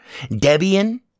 Debian